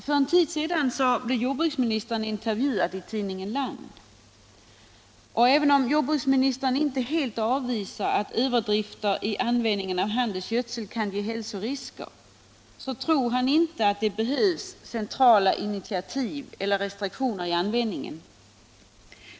För en tid sedan blev jordbruksministern intervjuad i tidningen Land. Även om jordbruksministern inte helt avvisar att överdrifter i användningen av handelsgödsel kan ge hälsorisker, så tror han inte att det behövs centrala initiativ eller restriktioner i användningen.